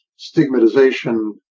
stigmatization